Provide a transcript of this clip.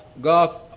God